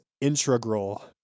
integral